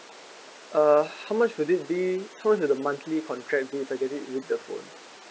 uh how much would it be how much is the monthly contract transition to use the phone